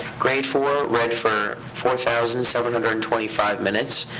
grade four read for four thousand seven hundred and twenty five minutes.